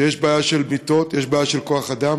שיש בעיה של מיטות, יש בעיה של כוח-אדם,